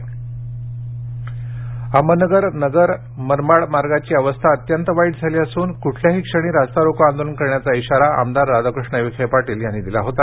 विखे अहमदनगर अहमदनगर नगर मनमाड मार्गाची अवस्था अत्यंत वाईट झाली असून कुठल्याही क्षणी रस्ता रोको आंदोलन करण्याचा इशारा आमदार राधाकृष्ण विखे पाटील यांनी दिला होता